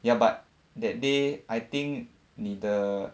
ya but that day I think 你的